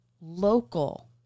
local